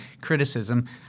criticism